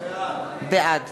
בעד